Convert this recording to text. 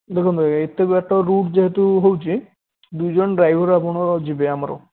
ଦେଖନ୍ତୁ ଏତେ ବାଟ ରୁଟ୍ ଯେହେତୁ ହେଉଛି ଦୁଇ ଜଣ ଡ୍ରାଇଭର୍ ଆପଣଙ୍କର ଯିବେ ଆମର